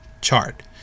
chart